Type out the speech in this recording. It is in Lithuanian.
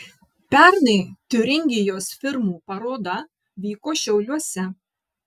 pernai tiuringijos firmų paroda vyko šiauliuose